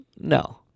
No